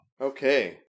okay